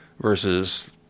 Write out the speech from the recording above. versus